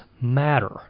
matter